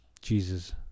jesus